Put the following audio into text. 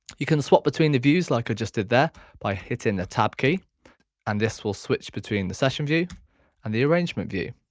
you can swap betweens the views like i just did there by hitting the tab key and this will switch between the session view and the arrangement view.